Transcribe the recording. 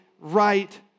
right